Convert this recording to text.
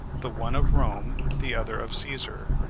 the one of rome, the other of caesar.